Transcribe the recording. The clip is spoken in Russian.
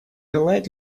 желает